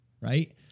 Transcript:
right